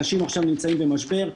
אנשים עכשיו נמצאים במשבר.